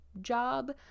job